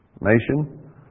nation